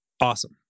Awesome